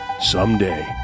Someday